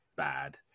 bad